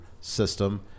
system